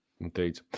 indeed